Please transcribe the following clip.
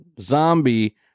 zombie